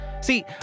See